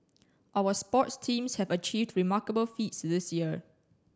our sports teams have achieved remarkable feats this year